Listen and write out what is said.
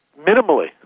minimally